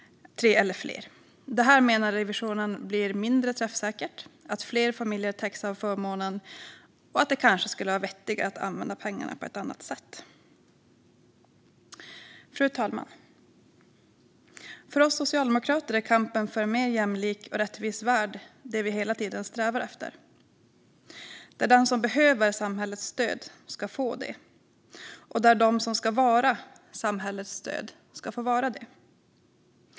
Riksrevisionen menar att det blir mindre träffsäkert att fler familjer täcks av förmånen och att det kanske skulle vara vettigare att använda pengarna på ett annat sätt. Fru talman! För oss socialdemokrater är en mer jämlik och rättvis värld det vi hela tiden strävar efter, en värld där den som behöver samhällets stöd ska få det och där de som ska vara samhällets stöd ska få vara det.